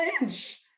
Lynch